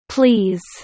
Please